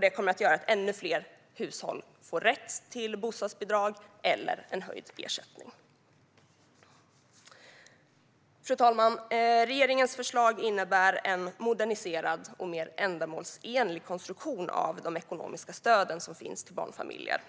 Det kommer att göra att ännu fler hushåll får rätt till bostadsbidrag eller en höjd ersättning. Fru talman! Regeringens förslag innebär en moderniserad och mer ändamålsenlig konstruktion av de ekonomiska stöd som finns till barnfamiljer.